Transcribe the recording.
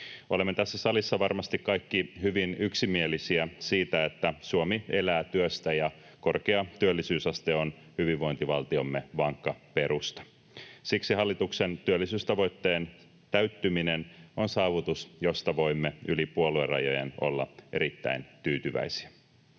Olemme tässä salissa varmasti kaikki hyvin yksimielisiä siitä, että Suomi elää työstä ja korkea työllisyysaste on hyvinvointivaltiomme vankka perusta. Siksi hallituksen työllisyystavoitteen täyttyminen on saavutus, josta voimme yli puoluerajojen olla erittäin tyytyväisiä.